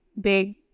big